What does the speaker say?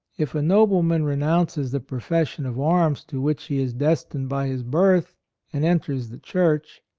if a nobleman renounces the profession of arms to which he is destined by his birth and enters the church,